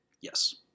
Yes